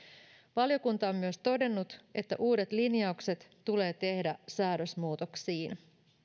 valiokunta on myös todennut että uudet linjaukset tulee tehdä säädösmuutoksiin